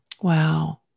Wow